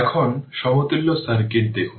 এখন সমতুল্য সার্কিট দেখুন